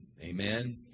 Amen